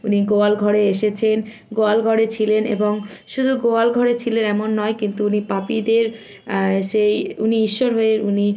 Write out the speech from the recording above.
উনি গোয়াল ঘরে এসেছেন গোয়াল ঘরে ছিলেন এবং শুধু গোয়াল ঘরে ছিলেন এমন নয় কিন্তু উনি পাপীদের সেই উনি ঈশ্বর হয়ে উনি